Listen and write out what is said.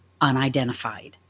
unidentified